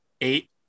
eight